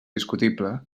discutible